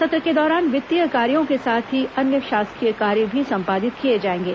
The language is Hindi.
सत्र के दौरान वित्तीय कार्यों के साथ ही अन्य शासकीय कार्य भी संपादित किए जाएंगे